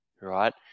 right